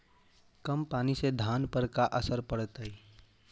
कम पनी से धान पर का असर पड़तायी?